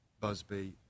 Busby